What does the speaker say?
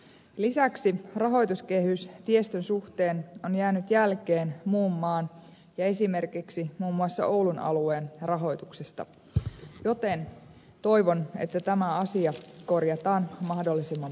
lisäksi rahoituskehys tiestön suhteen on jäänyt jälkeen muun maan ja esimerkiksi muun muassa oulun alueen rahoituksesta joten toivon että tämä asia korjataan mahdollisimman pikaisesti